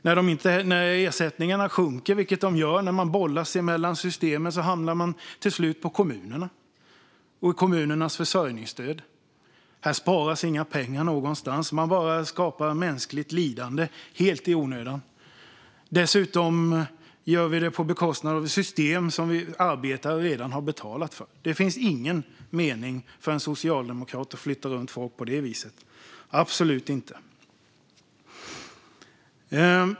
När ersättningarna sjunker, vilket de gör när man bollas mellan systemen, hamnar de till slut på kommunerna och kommunernas försörjningsstöd. Här sparas inga pengar någonstans; man skapar bara mänskligt lidande helt i onödan. Dessutom gör vi det på bekostnad av ett system som vi arbetare redan har betalat för. Det finns ingen mening för en socialdemokrat att flytta runt folk på det viset - absolut inte!